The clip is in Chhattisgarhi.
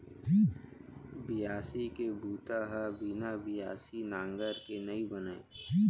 बियासी के बूता ह बिना बियासी नांगर के नइ बनय